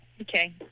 Okay